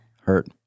Hurt